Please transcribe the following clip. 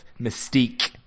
mystique